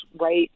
right